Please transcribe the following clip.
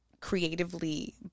creatively